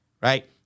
right